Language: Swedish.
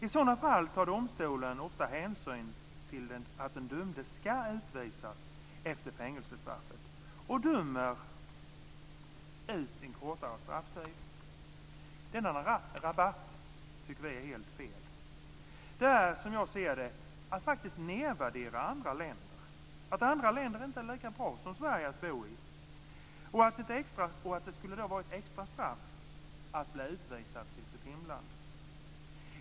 I sådana fall tar domstolen ofta hänsyn till att den dömde ska utvisas efter fängelsestraffet och utdömer en kortare strafftid. Denna rabatt tycker vi är helt fel. Det är, som jag ser det, att nedvärdera andra länder, att anse att andra länder inte är lika bra som Sverige att bo i och att det skulle vara ett extra straff att utvisas till sitt hemland.